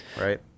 Right